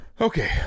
Okay